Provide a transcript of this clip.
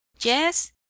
Yes